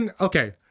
Okay